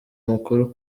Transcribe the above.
mukuru